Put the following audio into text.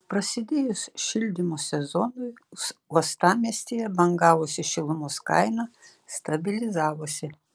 prasidėjus šildymo sezonui uostamiestyje bangavusi šilumos kaina stabilizavosi